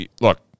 look